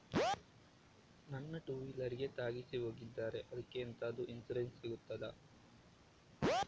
ನನ್ನ ಟೂವೀಲರ್ ಗೆ ತಾಗಿಸಿ ಹೋಗಿದ್ದಾರೆ ಅದ್ಕೆ ಎಂತಾದ್ರು ಇನ್ಸೂರೆನ್ಸ್ ಸಿಗ್ತದ?